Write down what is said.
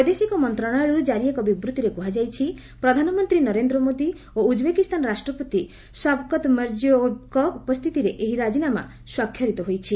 ବୈଦେଶିକ ମନ୍ତ୍ରଣାଳୟରୁ ଜାରି ଏକ ବିବୃତ୍ତିରେ କୁହାଯାଇଛି ପ୍ରଧାନମନ୍ତ୍ରୀ ନରେନ୍ଦ୍ର ମୋଦି ଓ ଉକ୍ବେକିସ୍ତାନ ରାଷ୍ଟ୍ରପତି ଶାବକତ୍ ମିର୍ଜିଓୟେବ୍ଙ୍କ ଉପସ୍ଥିତିରେ ଏହି ରାଜିନାମା ସ୍ୱାକ୍ଷରିତ ହୋଇଛି